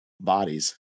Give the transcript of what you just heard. bodies